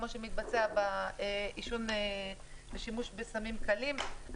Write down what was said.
כמו שמתבצע בשימוש בסמים קלים.